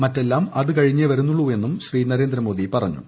മറ്റെല്ലാം അതു കഴിഞ്ഞ വരുന്നുള്ളൂ എന്നും നരേന്ദ്രമോദി പറഞ്ഞു